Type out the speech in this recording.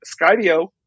Skydio